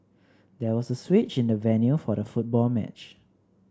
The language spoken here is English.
there was a switch in the venue for the football match